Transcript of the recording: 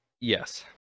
Yes